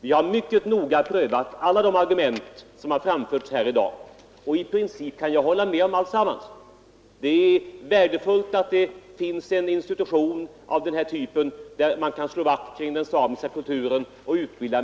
Vi har mycket noggrant prövat alla argument som har framförts här i dag, och jag kan i princip hålla med om allt som sagts. Det är värdefullt att det finns en institution av den här typen, där man kan slå vakt om den samiska kulturen.